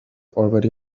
already